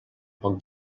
poc